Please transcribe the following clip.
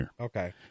Okay